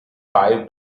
five